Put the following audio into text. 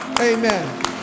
amen